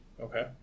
Okay